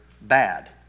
bad